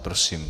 Prosím.